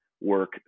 work